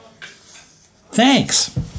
Thanks